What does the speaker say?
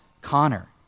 Connor